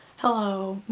hello,